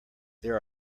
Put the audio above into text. there